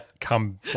come